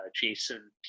Jason